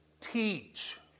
Teach